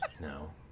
No